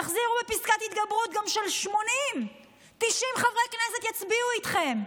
תחזירו פסקת התגברות גם של 80. 90 חברי כנסת יצביעו איתכם.